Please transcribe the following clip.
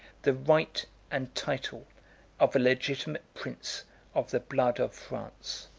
the right and title of a legitimate prince of the blood of france.